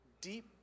deep